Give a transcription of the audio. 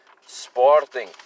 Sporting